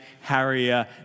Harrier